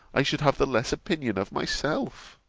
i should have the less opinion of myself.